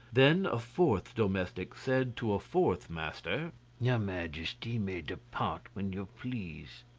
then a fourth domestic said to a fourth master your majesty may depart when you please.